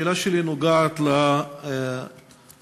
השאלה שלי נוגעת לנוכחותם,